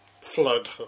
flood